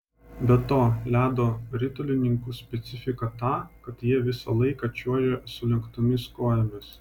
be to ledo ritulininkų specifika ta kad jie visą laiką čiuožia sulenktomis kojomis